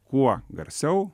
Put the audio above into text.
kuo garsiau